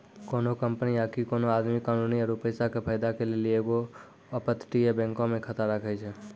कोनो कंपनी आकि कोनो आदमी कानूनी आरु पैसा के फायदा के लेली एगो अपतटीय बैंको मे खाता राखै छै